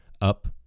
up